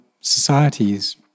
societies